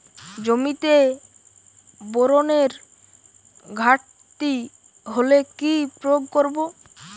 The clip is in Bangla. জমিতে বোরনের ঘাটতি হলে কি প্রয়োগ করব?